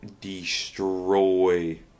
destroy